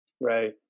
Right